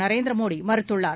நரேந்திர மோடி மறுத்துள்ளார்